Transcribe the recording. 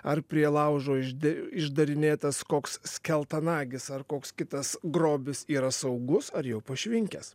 ar prie laužo iš išdarinėtas koks skeltanagis ar koks kitas grobis yra saugus ar jau pašvinkęs